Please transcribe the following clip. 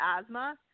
asthma